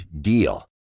DEAL